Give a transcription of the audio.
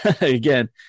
again